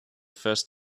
first